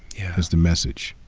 is the message.